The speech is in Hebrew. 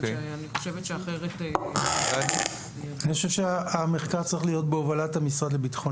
אני חושב שהמחקר צריך להיות בהובלת המשרד לביטחון